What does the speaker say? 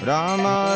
Rama